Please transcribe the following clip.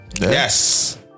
Yes